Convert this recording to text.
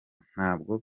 ntabwo